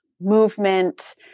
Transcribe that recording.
movement